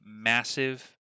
massive